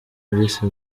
alice